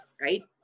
right